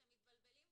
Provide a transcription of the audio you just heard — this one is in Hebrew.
אתם מתבלבלים פה.